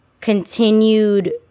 continued